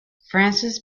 francis